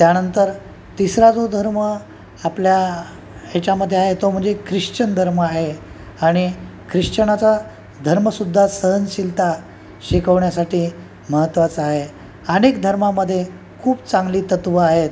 त्यानंतर तिसरा जो धर्म आपल्या ह्याच्यामध्ये आहे तो म्हणजे ख्रिश्चन धर्म आहे आणि ख्रिश्चनाचा धर्मसुद्धा सहनशीलता शिकवण्यासाठी महत्त्वाचा आहे अनेक धर्मामध्ये खूप चांगली तत्त्व आहेत